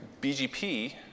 BGP